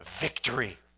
victory